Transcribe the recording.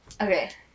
Okay